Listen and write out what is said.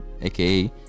aka